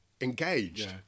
engaged